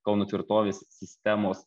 kauno tvirtovės sistemos